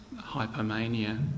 hypomania